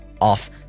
off